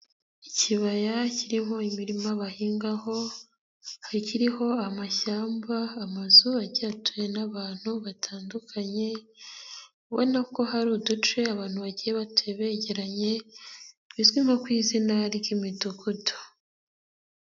Ikibaya kirimo imirima bahingaho hakiriho amashyamba amazu agiye atuwe n'abantu batandukanye, ubona ko hari uduce abantu bagiye batuye begeranye bizwi nko ku izina ry'imidugudu.